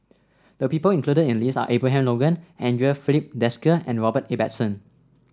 the people included in the list are Abraham Logan Andre Filipe Desker and Robert Ibbetson